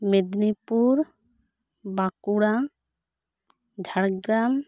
Midnapore Bankura Jhargram